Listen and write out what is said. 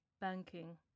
banking